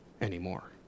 anymore